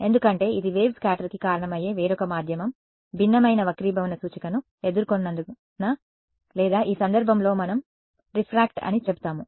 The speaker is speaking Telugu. ఎందుకంటే ఇది వేవ్ స్కాటర్కి కారణమయ్యే వేరొక మాధ్యమం భిన్నమైన వక్రీభవన సూచికను ఎదుర్కొన్నందున లేదా ఈ సందర్భంలో మనం రిఫ్రాక్ట్ అని చెబుతాము